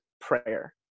prayer